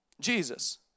Jesus